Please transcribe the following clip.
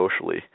socially